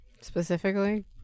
specifically